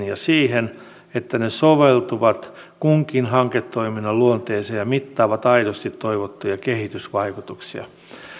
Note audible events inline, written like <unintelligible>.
<unintelligible> ja siihen että ne soveltuvat kunkin hanketoiminnan luonteeseen ja mittaavat aidosti toivottuja kehitysvaikutuksia